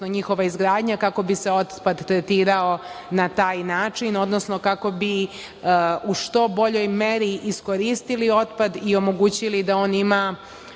odnosno njihova izgradnja, kako bi se otpad tretirao na taj način, odnosno kako bi u što boljoj meri iskoristili otpad i omogućili da on ima